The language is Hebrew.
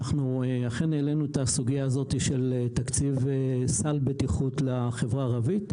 אנחנו אכן העלינו את הסוגייה הזו של תקציב סל הבטיחות לחברה הערבית,